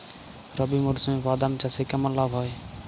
রবি মরশুমে বাদাম চাষে কেমন লাভ হয়?